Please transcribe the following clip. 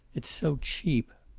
it's so cheap.